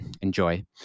enjoy